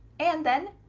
and then,